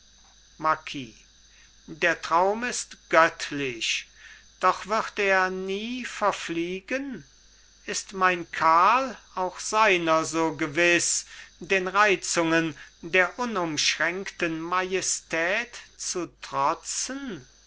marquis der traum ist göttlich doch wird er nie verfliegen ist mein karl auch seiner so gewiß den reizungen der unumschränkten majestät zu trotzen